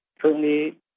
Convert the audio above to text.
Currently